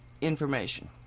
information